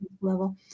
level